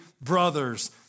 brothers